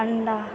अण्डा